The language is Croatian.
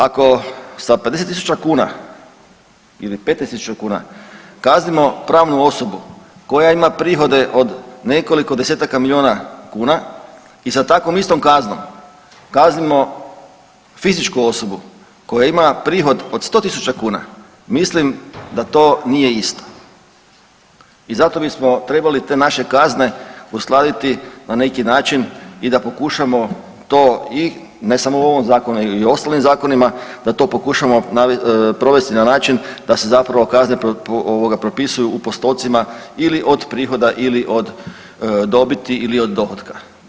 Ako sa 50 tisuća kuna ili 15 tisuća kuna kaznimo pravnu osobu koja ima prihode od nekoliko desetaka miliona kuna i sa takvom istom kaznom kaznimo fizičku osobu koja ima prihod od 100 000 kuna, mislim da to nije isto i zato bismo trebali te naše kazne uskladiti na neki način i da pokušamo to i ne samo u ovom Zakonu nego i u ostalim Zakonima, da to pokušamo provesti na način da se zapravo kazne ovoga propisuju u postocima ili od prihoda ili od dobiti ili od dohotka.